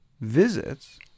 visits